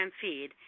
feed